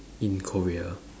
in korea